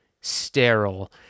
sterile